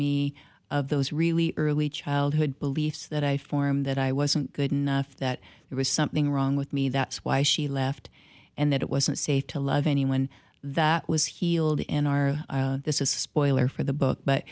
me of those really early childhood beliefs that i formed that i wasn't good enough that there was something wrong with me that's why she left and that it wasn't safe to love anyone that was healed in our this is spoiler for the book